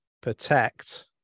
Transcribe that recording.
protect